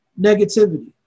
negativity